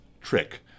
trick